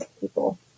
people